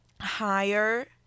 higher